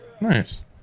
Nice